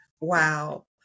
Wow